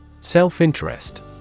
Self-interest